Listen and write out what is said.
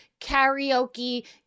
karaoke